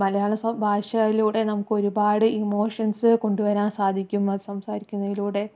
മലയാള സ ഭാഷയിലൂടെ നമുക്കൊരുപാട് ഇമോഷൻസ് കൊണ്ടുവരാൻ സാധിക്കും അത് സംസാരിക്കുന്നതിലൂടെ